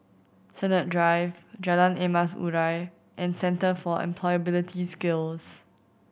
Sennett Drive Jalan Emas Urai and Centre for Employability Skills